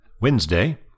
Wednesday